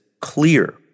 clear